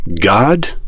God